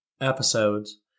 episodes